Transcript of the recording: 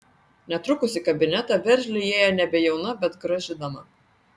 netrukus į kabinetą veržliai įėjo nebejauna bet graži dama